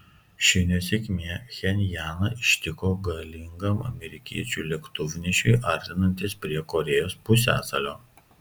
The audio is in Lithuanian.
ši nesėkmė pchenjaną ištiko galingam amerikiečių lėktuvnešiui artinantis prie korėjos pusiasalio